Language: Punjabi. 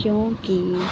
ਕਿਉ ਕਿ